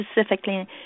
specifically